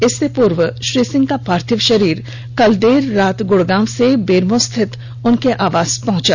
इससे पूर्व श्रीसिंह का पार्थिव शरीर कल देर रात गड़गांव से बेरमो स्थित उनके आवास पहुंचा